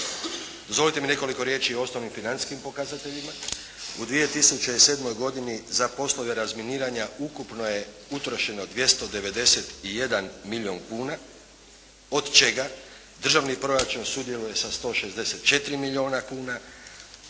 Dozvolite mi nekoliko riječi o osnovnim financijskim pokazateljima. U 2007. godini za poslove razminiranja ukupno je utrošeno 291 milijun kuna, od čega državni proračun sudjeluje sa 164 milijuna kuna,